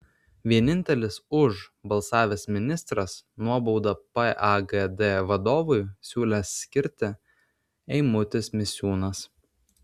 vienintelis už balsavęs ministras nuobaudą pagd vadovui siūlęs skirti eimutis misiūnas